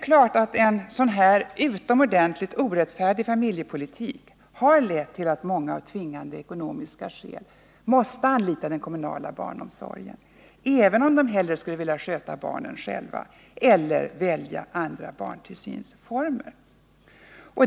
Denna utomordentligt orättfärdiga familjepolitik har lett till att många av tvingande ekonomiska skäl måste anlita den kommunala barnomsorgen, även om de hellre skulle vilja sköta barnen själva eller välja andra barntillsynsformer.